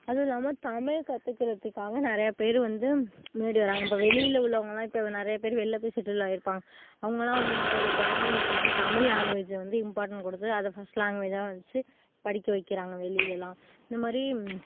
அதுவும் இல்லாமல் தமிழ் கற்றுக்குறத்துக்காக நிறையா பேர் வந்து முன்னாடி வராங்க இப்போ வெளியில் உள்ளவங்களாம் இப்போது நிறையா பேர் வெளியில் போய் செட்டில் ஆகியிருப்பாங்க அவங்களாம் அவங்களோட குழந்தைங்களுக்கு வந்து தமிழ் லாங்குவேஜை வந்து இம்பார்ட்டன்ட் கொடுத்து அதை ஃபர்ஸ்ட் லாங்க்வேஜாக வச்சு படிக்க வச்சுக்கிறாங்க வெளிலெலாம் இந்த மாதிரி